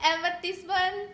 advertisement